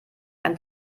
einen